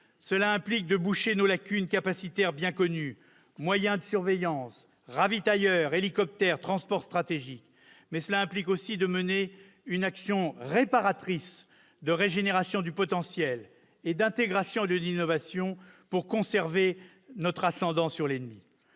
seulement de combler nos lacunes capacitaires bien connues- moyens de surveillance, ravitailleurs, hélicoptères, moyens de transport stratégique ...-, mais aussi de mener une action réparatrice de régénération du potentiel et d'intégration de l'innovation pour conserver notre ascendant sur l'ennemi.